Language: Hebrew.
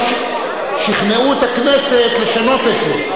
שכנעו את הכנסת לשנות את זה.